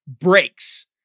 breaks